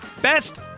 Best